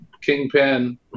Kingpin